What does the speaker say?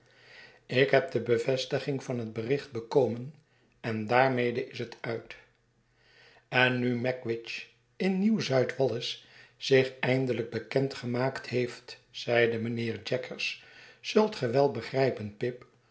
ik heb de bevestiging van het bericht bekomen en daarmede is het nit en nu magwitch in nieuw zuidwallis zich eindelijk bekend gemaakt heeft zeide mijnheer jaggers zult ge wel begrijpen pip